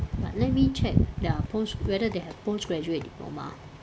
but let me check their post whether they have postgraduate diploma